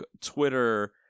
Twitter